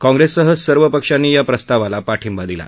काँग्रेससह सर्व पक्षांनी या प्रस्तावाला पाठिंबा दिला